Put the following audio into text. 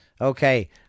Okay